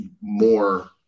more